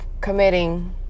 committing